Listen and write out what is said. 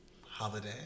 holiday